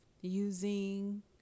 using